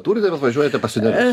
turite bet važiuojate pas senelius